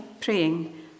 praying